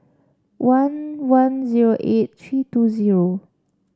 one one zero eight three two zero